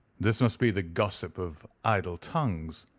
this must be the gossip of idle tongues.